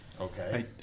Okay